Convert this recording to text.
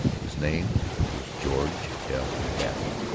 his name was george f. babbitt.